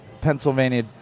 Pennsylvania